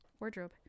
wardrobe